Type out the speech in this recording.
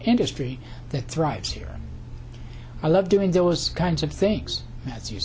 industry that thrives here i love doing those kinds of things as you